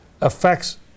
affects